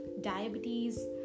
diabetes